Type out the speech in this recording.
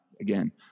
again